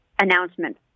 announcement